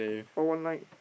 all one line